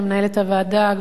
ללא נמנעים.